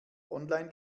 online